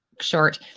Short